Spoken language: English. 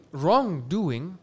wrongdoing